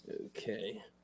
Okay